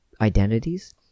identities